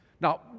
Now